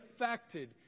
affected